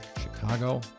Chicago